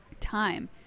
time